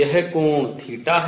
यह कोण थीटा है